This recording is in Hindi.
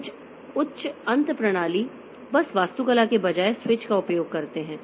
कुछ उच्च अंत प्रणाली बस वास्तुकला के बजाय स्विच का उपयोग करते हैं